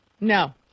No